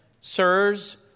Sirs